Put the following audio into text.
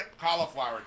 cauliflower